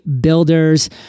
Builders